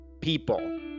people